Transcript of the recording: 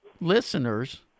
listeners